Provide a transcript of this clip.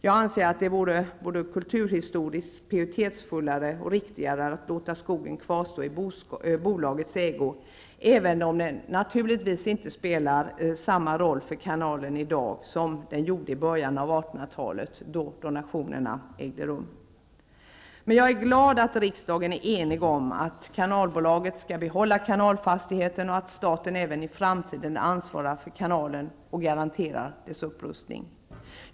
Jag anser att det vore kulturhistoriskt pietetsfullare och riktigare att låta skogen kvarstå i bolagets ägo, även om den naturligtvis inte spelar samma roll för kanalen i dag som den gjorde i början av 1800-talet, då donationerna ägde rum. Jag är emellertid glad över att riksdagen är enig om att kanalbolaget skall behålla kanalfastigheten och att staten även i framtiden skall ansvara för kanalen och garantera dess upprustning.